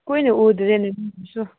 ꯀꯨꯏꯅ ꯎꯗ꯭ꯔꯦꯅꯦ